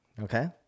Okay